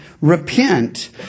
repent